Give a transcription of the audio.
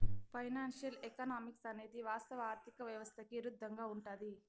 financial economics అనేది వాస్తవ ఆర్థిక వ్యవస్థకి ఇరుద్దంగా ఉంటది